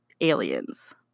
aliens